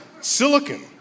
silicon